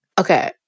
Okay